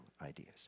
ideas